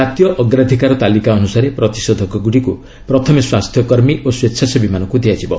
ଜାତୀୟ ଅଗ୍ରାଧିକାର ତାଲିକା ଅନୁସାରେ ପ୍ରତିଷେଧକଗ୍ରଡ଼ିକ୍ ପ୍ରଥମେ ସ୍ୱାସ୍ଥ୍ୟକର୍ମୀ ଓ ସ୍ୱେଚ୍ଛାସେବୀମାନଙ୍କ ଦିଆଯିବ